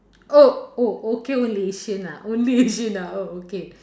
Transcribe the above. oh oh okay only asian ah only asian ah oh okay